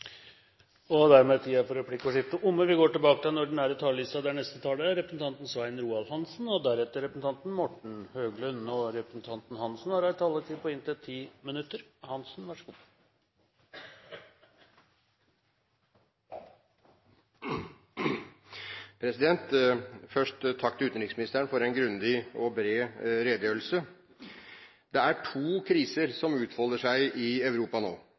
er dermed omme. Først takk til utenriksministeren for en grundig og bred redegjørelse. Det er to kriser som utfolder seg i Europa nå,